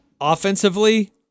Offensively